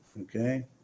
okay